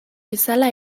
bezala